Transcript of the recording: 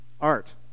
art